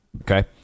okay